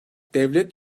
devlet